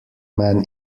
man